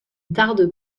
tarde